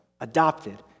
Adopted